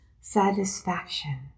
satisfaction